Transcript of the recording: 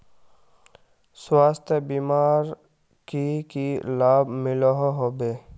स्वास्थ्य बीमार की की लाभ मिलोहो होबे?